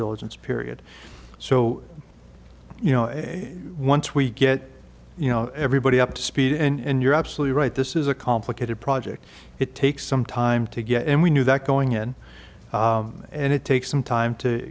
diligence period so you know once we get you know everybody up to speed and you're absolutely right this is a complicated project it takes some time to get and we knew that going in and it takes some time to